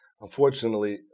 unfortunately